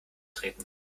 treten